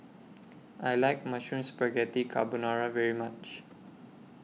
I like Mushroom Spaghetti Carbonara very much